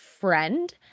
friend